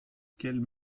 quelles